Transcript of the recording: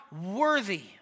worthy